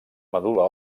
medul·la